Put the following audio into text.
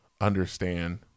understand